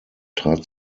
trat